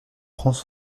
prendre